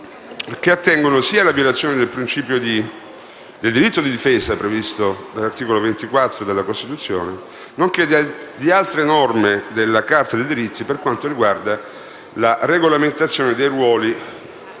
che attengono alla violazione sia del principio del diritto di difesa previsto dall'articolo 24 della Costituzione, nonché di altre norme della Carta dei diritti per quanto riguarda la regolamentazioni dei ruoli